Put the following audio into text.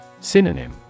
Synonym